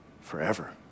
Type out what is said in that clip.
forever